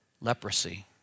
leprosy